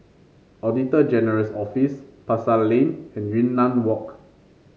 Auditor General's Office Pasar Lane and Yunnan Walk